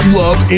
love